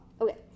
Okay